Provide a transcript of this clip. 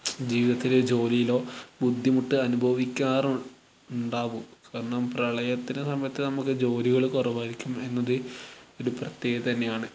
ജീവിത്തത്തിൽ ജോലിയിലോ ബുദ്ധിമുട്ട് അനുഭവിക്കാറുണ്ടാവും കാരണം പ്രളയത്തിന്റെ സമയത്ത് നമ്മൾക്ക് ജോലികൾ കുറവായിരിക്കും എന്നത് ഒരു പ്രതൃേകത തന്നെയാണ്